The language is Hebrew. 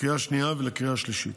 לקריאה השנייה ולקריאה השלישית.